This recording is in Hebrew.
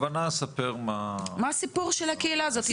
הכוונה שתספר מה --- מה הסיפור של הקהילה הזאת?